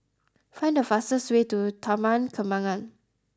find the fastest way to Taman Kembangan